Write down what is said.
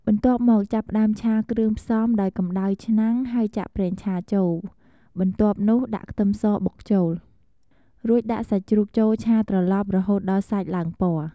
បន្ទាប់មក ចាប់ផ្តើមឆាគ្រឿងផ្សំដោយកំដៅឆ្នាំង ហើយចាក់ប្រេងឆាចូល បន្ទាប់នោះដាក់ខ្ទឹមសបុកចូល រួចដាក់សាច់ជ្រូកចូលឆាត្រឡប់រហូតដល់សាច់ឡើងពណ៌។